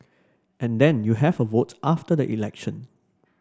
and then you have a vote after the election